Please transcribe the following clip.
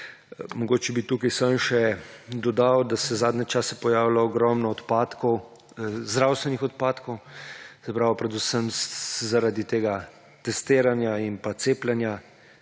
Mogoče bi tukaj samo še dodal, da se je zadnje čase pojavilo ogromno zdravstvenih odpadkov predvsem zaradi tega testiranja in cepljenja.